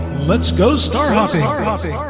let's go star hopping!